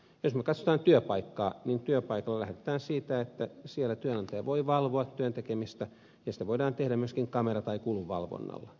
jos me katsomme työpaikkaa niin työpaikoilla lähdetään siitä että siellä työnantaja voi valvoa työn tekemistä ja sitä voidaan tehdä myöskin kamera tai kulunvalvonnalla